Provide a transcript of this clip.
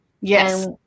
yes